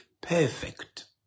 perfect